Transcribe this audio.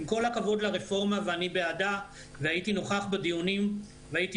עם כל הכבוד לרפורמה ואני בעדה והייתי נוכח בדיונים והייתי